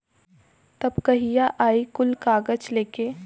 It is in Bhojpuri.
तब कहिया आई कुल कागज़ लेके?